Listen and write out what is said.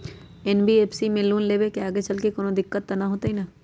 NBFC से loan लेबे से आगेचलके कौनो दिक्कत त न होतई न?